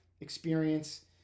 experience